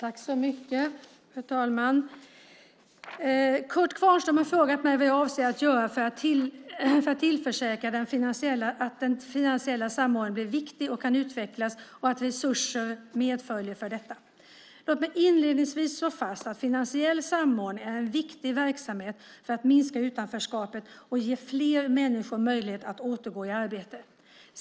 Fru talman! Kurt Kvarnström har frågat mig vad jag avser att göra för att tillförsäkra att den finansiella samordningen blir viktig och kan utvecklas och att resurser medföljer för detta. Låt mig inledningsvis slå fast att finansiell samordning är en viktig verksamhet för att minska utanförskapet och ge fler människor möjlighet att återgå i arbete.